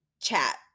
chat